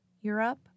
Europe